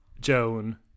Joan